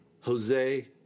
Jose